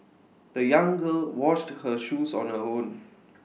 the young girl washed her shoes on her own